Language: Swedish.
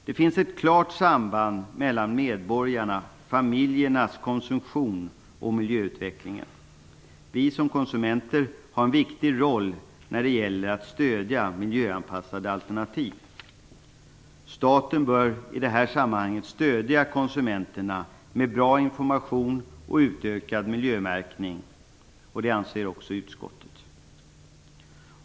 Det finns ett klart samband mellan medborgarnas, familjernas, konsumtion och miljöutvecklingen. Vi som konsumenter har en viktig roll när det gäller att stödja miljöanpassade alternativ. Staten bör i det här sammanhanget stödja konsumenterna med bra information och utökad miljömärkning. Det anser också utskottet.